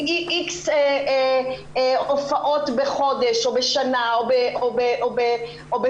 עם X הופעות בחודש או בשנה או בתקופה,